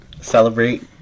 celebrate